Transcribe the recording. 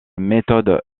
méthode